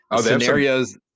scenarios